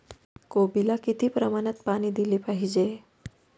कोबीला किती प्रमाणात पाणी दिले पाहिजे?